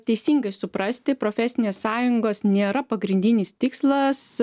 teisingai suprasti profesinės sąjungos nėra pagrindinis tikslas